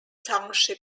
township